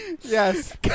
Yes